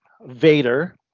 Vader